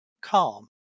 calm